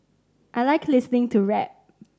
I like listening to rap